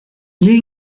gli